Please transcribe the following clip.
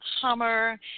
Hummer